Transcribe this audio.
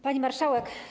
Pani Marszałek!